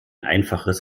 einfaches